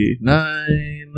nine